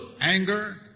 Anger